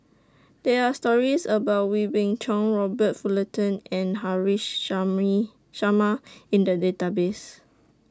There Are stories about Wee Beng Chong Robert Fullerton and Haresh Sharma in The Database